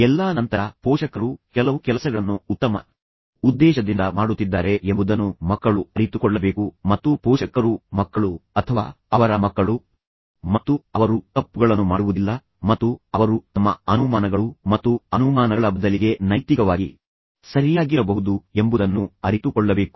ಎಲ್ಲಾ ನಂತರ ಪೋಷಕರು ಕೆಲವು ಕೆಲಸಗಳನ್ನು ಉತ್ತಮ ಉದ್ದೇಶದಿಂದ ಮಾಡುತ್ತಿದ್ದಾರೆ ಎಂಬುದನ್ನು ಮಕ್ಕಳು ಅರಿತುಕೊಳ್ಳಬೇಕು ಮತ್ತು ಪೋಷಕರು ಮಕ್ಕಳು ಅಥವಾ ಅವರ ಮಕ್ಕಳು ಮತ್ತು ಅವರು ತಪ್ಪುಗಳನ್ನು ಮಾಡುವುದಿಲ್ಲ ಮತ್ತು ಅವರು ತಮ್ಮ ಅನುಮಾನಗಳು ಮತ್ತು ಅನುಮಾನಗಳ ಬದಲಿಗೆ ನೈತಿಕವಾಗಿ ಸರಿಯಾಗಿರಬಹುದು ಎಂಬುದನ್ನು ಅರಿತುಕೊಳ್ಳಬೇಕು